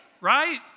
right